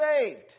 saved